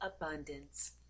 abundance